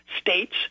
states